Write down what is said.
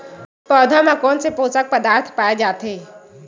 पौधा मा कोन से पोषक पदार्थ पाए जाथे?